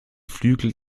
flügel